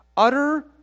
Utter